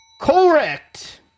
correct